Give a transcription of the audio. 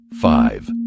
five